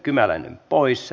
arvoisa puhemies